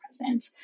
present